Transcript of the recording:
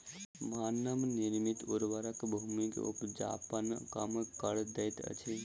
मानव निर्मित उर्वरक भूमि के उपजाऊपन कम कअ दैत अछि